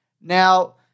Now